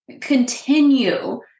continue